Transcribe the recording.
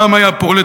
פעם היה פרולטריון,